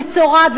מצורעת,